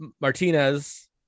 Martinez